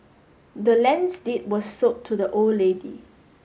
the land's deed was sold to the old lady